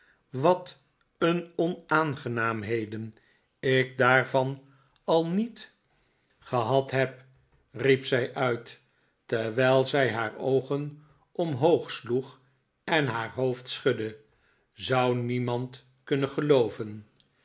wat een onaangenaamheden ik daarvan al niet gehad heb riep zij uit terwijl zij haar oogen omhoog sloeg en haar hoofd schudde zou niemand kunnen gelooven